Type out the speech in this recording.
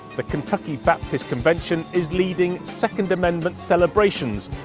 the kentucky baptist convention is leading second amendment celebrations,